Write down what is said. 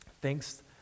Thanks